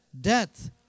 death